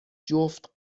جفت